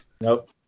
Nope